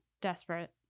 desperate